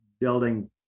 building